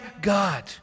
God